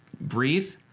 breathe